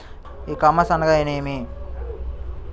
ఈ కామర్స్ అనగా నేమి?